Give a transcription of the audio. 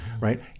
right